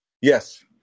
Yes